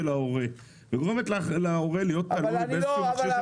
ההורה וגורמת להורה להיות תלוי באיזה שהוא מכשיר,